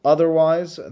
Otherwise